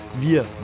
wir